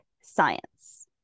science